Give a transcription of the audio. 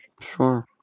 Sure